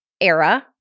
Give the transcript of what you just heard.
era